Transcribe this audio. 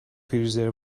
فریزر